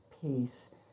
Peace